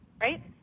right